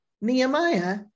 Nehemiah